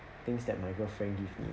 things that my girlfriend give me